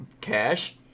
Cash